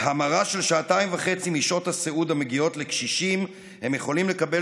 בהמרה של שעתיים וחצי משעות הסיעוד המגיעות לקשישים הם יכולים לקבל